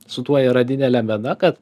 su tuo yra didelė bėda kad